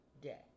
day